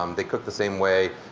um they cook the same way.